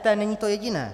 EET není to jediné.